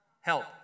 help